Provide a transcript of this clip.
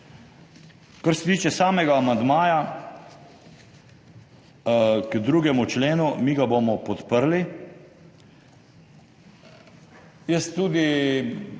Kar se tiče samega amandmaja k 2. členu, mi ga bomo podprli. Jaz si